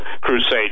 crusade